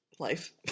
Life